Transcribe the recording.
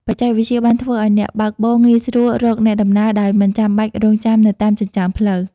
បច្ចេកវិទ្យាបានធ្វើឱ្យអ្នកបើកបរងាយស្រួលរកអ្នកដំណើរដោយមិនចាំបាច់រង់ចាំនៅតាមចិញ្ចើមផ្លូវ។